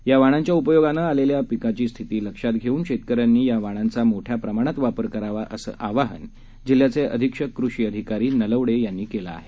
या वाणांच्या उपयोगानं आलेल्या पिकाची स्थिती लक्षात घेऊन शेतकऱ्यांनी या वाणांचा मोठ्या प्रमाणात वापर करावा असं आवाहन जिल्ह्याचे अधीक्षक कृषी अधिकारी नलवडे केलं आहे